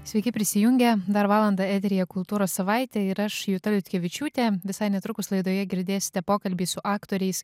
sveiki prisijungę dar valandą eteryje kultūros savaitė ir aš juta liutkevičiūtė visai netrukus laidoje girdėsite pokalbį su aktoriais